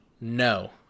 no